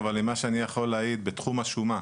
אבל ממה שאני יכול להעיד בתחום השומה,